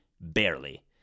barely